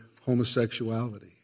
homosexuality